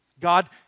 God